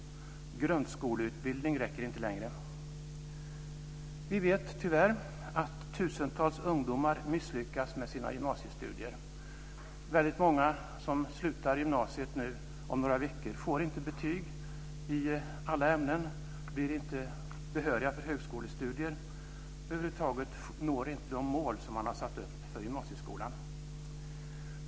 Grundskoleutbildning räcker inte längre. Vi vet tyvärr att tusentals ungdomar misslyckas med sina gymnasiestudier. Väldigt många som slutar gymnasiet nu om några veckor får inte betyg i alla ämnen. De blir inte behöriga för högskolestudier och når över huvud taget inte de mål som man har satt upp för gymnasieskolan.